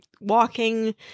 walking